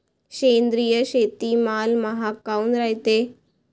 सेंद्रिय शेतीमाल महाग काऊन रायते?